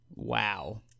Wow